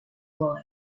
boy